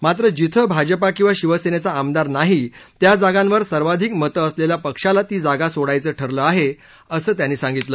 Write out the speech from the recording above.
मात्र जिथं भाजपा किंवा शिवसेनेचा आमदार नाही त्या जागांवर सर्वाधिक मते असलेल्या पक्षाला ती जागा सोडण्याचं ठरलं आहे असं त्यांनी सांगितलं